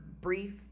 brief